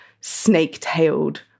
snake-tailed